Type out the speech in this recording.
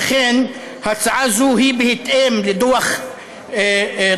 וכן הצעה זו היא בהתאם לדוח דורנר,